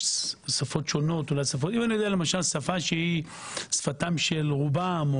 שפה היא שפתם של רובם,